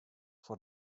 for